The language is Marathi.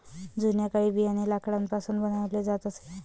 जुन्या काळी बियाणे लाकडापासून बनवले जात असे